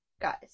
Guys